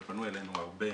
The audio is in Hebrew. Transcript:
אבל פנו אלינו הרבה.